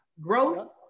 growth